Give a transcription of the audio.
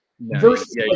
Versus